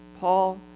Paul